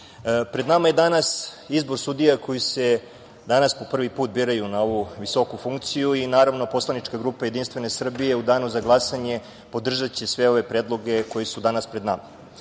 pred nama je danas izbor sudija koji se danas po prvi put biraju na ovu visoku funkciju i naravno poslanička grupa JS u danu za glasanje podržaće sve ove predloge koji su danas pred nama. Na